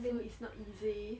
so it's not easy